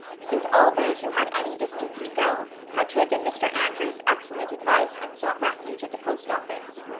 since all those who had any distance to go had taken mr. andrews' excellent advice and sought refuge at the post office.